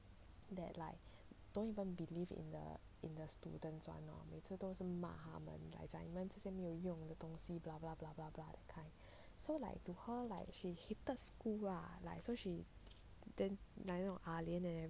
that like don't even believe in the in the students one lor 每次都是骂他们 like 讲你们这些没有用的东西 blah blah blah blah blah that kind so like to her like she hated school ah so she then like 那种 ah lian